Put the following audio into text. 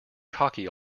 cocky